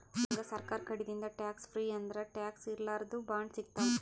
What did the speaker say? ನಮ್ಗ್ ಸರ್ಕಾರ್ ಕಡಿದಿಂದ್ ಟ್ಯಾಕ್ಸ್ ಫ್ರೀ ಅಂದ್ರ ಟ್ಯಾಕ್ಸ್ ಇರ್ಲಾರ್ದು ಬಾಂಡ್ ಸಿಗ್ತಾವ್